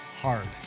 hard